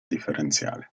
differenziale